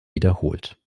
wiederholt